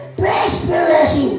prosperous